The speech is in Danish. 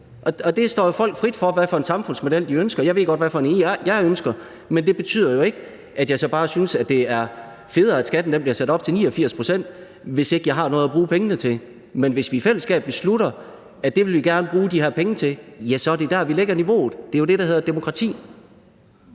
Det står jo folk frit for, hvad for en samfundsmodel man ønsker. Jeg ved godt, hvad for en jeg ønsker, men det betyder jo ikke, at jeg så bare synes, det er federe, at skatten bliver sat op til 89 pct., hvis ikke jeg har noget at bruge pengene til. Men hvis vi i fællesskab beslutter, at det vil vi gerne bruge de her penge til, ja, så er det der, vi lægger niveauet. Det er jo det, der hedder demokrati.